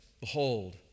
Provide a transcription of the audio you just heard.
Behold